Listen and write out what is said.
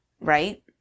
Right